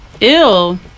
ill